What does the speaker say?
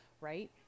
right